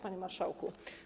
Panie Marszałku!